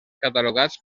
catalogats